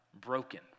broken